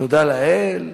תודה לאל,